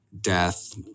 death